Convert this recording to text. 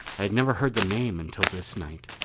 i had never heard the name until this night.